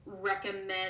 recommend